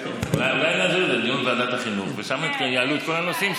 אולי נעביר את זה לדיון בוועדת החינוך ושם יעלו את כל הנושאים,